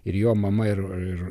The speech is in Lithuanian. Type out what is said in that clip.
ir jo mama ir ir